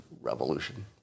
revolution